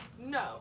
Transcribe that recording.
No